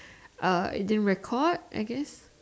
uh it didn't record I guess